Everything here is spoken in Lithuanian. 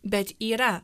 bet yra